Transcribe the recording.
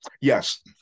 Yes